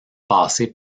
passer